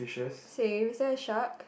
same is there a shark